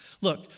Look